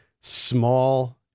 small